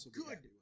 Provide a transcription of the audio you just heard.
good